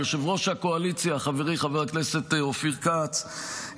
ליושב-ראש הקואליציה חברי חבר הכנסת אופיר כץ,